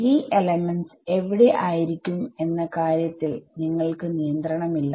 ഈ എലമെന്റ്സ് എവിടെ ആയിരിക്കും എന്ന കാര്യത്തിൽ നിങ്ങൾക്ക് നിയന്ത്രണം ഇല്ല